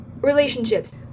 relationships